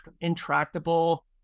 intractable